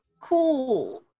Cool